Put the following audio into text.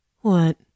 What